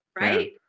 Right